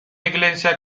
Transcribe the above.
iglesia